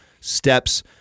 steps